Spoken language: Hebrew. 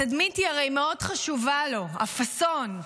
התדמית הרי מאוד חשובה לו, הפאסון.